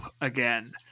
again